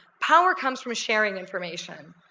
power comes from sharing information.